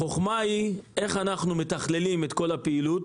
החוכמה היא איך אנחנו מתכללים את כל הפעילות.